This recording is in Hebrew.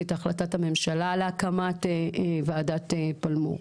את החלטת הממשלה להקמת ועדת פלמור.